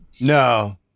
no